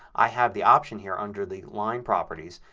i have the option here, under the line properties,